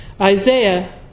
Isaiah